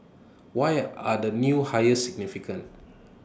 why are the new hires significant